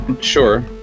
Sure